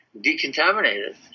decontaminated